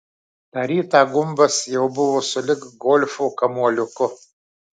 tą rytą gumbas jau buvo sulig golfo kamuoliuku